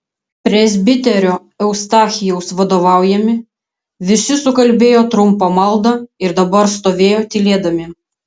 presbiterio eustachijaus vadovaujami visi sukalbėjo trumpą maldą ir dabar stovėjo tylėdami